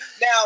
Now